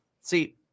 See